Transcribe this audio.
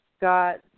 got